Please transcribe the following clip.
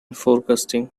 forecasting